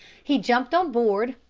he jumped on board,